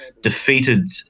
defeated